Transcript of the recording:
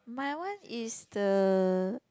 my one is the